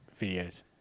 videos